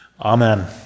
Amen